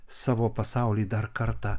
savo pasaulį dar kartą